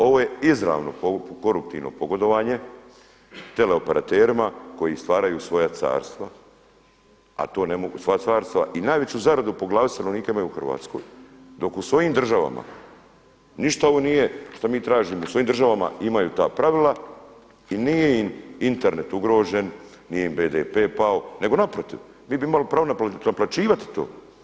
Ovo je izravno koruptivno pogodovanje teleoperaterima koji stvaraju svoja carstva, a to ne mogu sva carstva i najveću zaradu po glavi stanovnika imaju u Hrvatskoj, dok u svojim državama ništa ovo nije što mi tražimo, u svojim državama imaju ta pravila i nije im Internet ugrožen, nije im BDP pao, nego naprotiv mi bi imali pravo naplaćivati to.